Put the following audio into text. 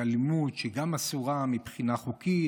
שהיא אסורה גם מבחינה חוקית,